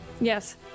Yes